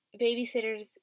babysitters